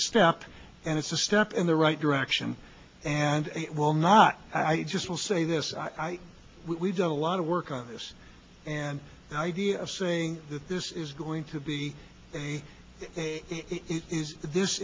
step and it's a step in the right direction and it will not i just will say this we don't lot of work on this and the idea of saying that this is going to be it is this